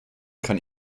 kann